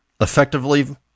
effectively